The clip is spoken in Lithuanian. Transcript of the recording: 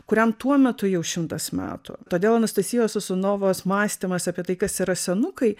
kuriam tuo metu jau šimtas metų todėl anastasijos sosunovos mąstymas apie tai kas yra senukai